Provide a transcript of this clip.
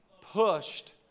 Pushed